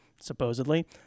supposedly